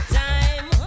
time